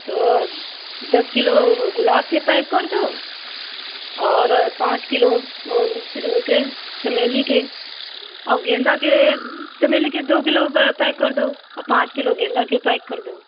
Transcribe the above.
तो दस किलो गुलाब के पैक कर दो और पाँच किलो ओ उहके चमेली के औ गेंदा के चमेली के दो किलो पैक कर दो औ पाँच किलो गेंदा के पैक कर दो